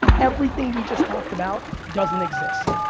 everything we just talked about doesn't exist.